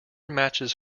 matches